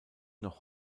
noch